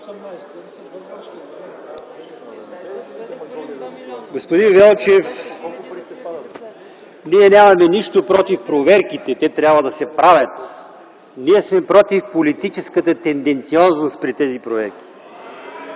Господин Велчев, ние нямаме нищо против проверките, те трябва да се правят. Ние сме против политическата тенденциозност при тези проверки.